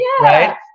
right